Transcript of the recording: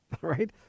Right